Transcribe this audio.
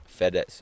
FedEx